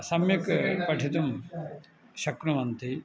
सम्यक् पठितुं शक्नुवन्ति